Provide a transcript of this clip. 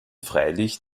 freilich